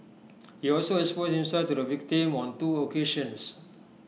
he also exposed himself to the victim on two occasions